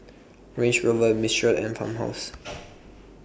Range Rover Mistral and Farmhouse